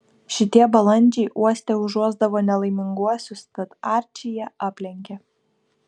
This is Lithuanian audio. šitie balandžiai uoste užuosdavo nelaiminguosius tad arčį jie aplenkė